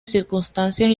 circunstancias